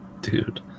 dude